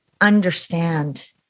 understand